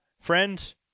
friends